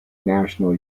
national